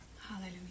Hallelujah